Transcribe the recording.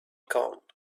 count